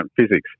physics